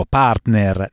partner